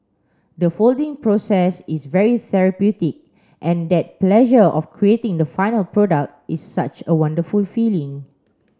the folding process is very therapeutic and that pleasure of creating the final product is such a wonderful feeling